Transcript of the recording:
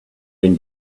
been